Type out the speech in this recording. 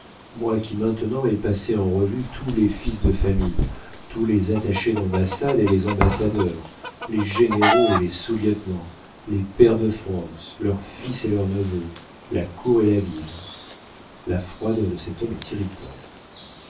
moi qui maintenant ai passé en revue tous les fils de famille tous les attachés d'ambassade et les ambassadeurs les généraux et les sous lieutenants les pairs de france leurs fils et leurs neveux la cour et la ville la froideur de cet homme est irritante